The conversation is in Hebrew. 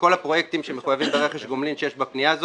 בכל הפרויקטים שמחויבים ברכש גומלין שיש בפנייה,